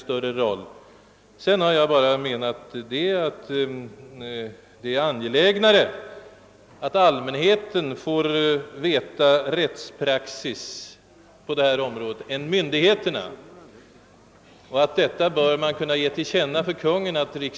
Jag anser vidare att det är angelägnare att allmänheten får kännedom om rättspraxis på detta område än att myndigheterna får det.